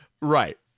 right